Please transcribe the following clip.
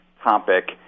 topic